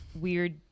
weird